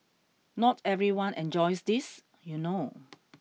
not everyone enjoys this you know